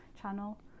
channel